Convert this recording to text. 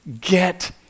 get